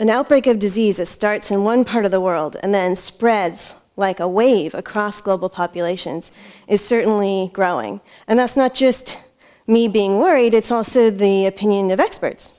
an outbreak of diseases starts in one part of the world and then spreads like a wave across global populations is certainly growing and that's not just me being worried it's also the opinion of experts